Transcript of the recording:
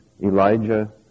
Elijah